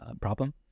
problem